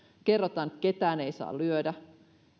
kertoa että ketään ei saa lyödä